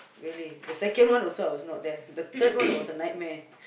really the second one also I was not there the third one was a nightmare